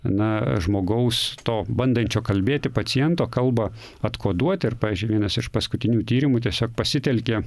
na žmogaus to bandančio kalbėti paciento kalbą atkoduoti ir pavyzdžiui vienas iš paskutinių tyrimu tiesiog pasitelkia